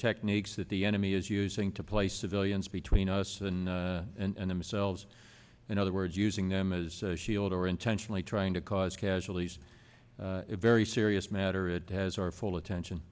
techniques that the enemy is using to place civilians between us and themselves in other words using them as a shield or intentionally trying to cause casualties a very serious matter it has our full attention